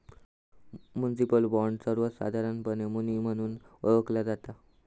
municipal bond, सर्वोसधारणपणे muni म्हणून ओळखला जाता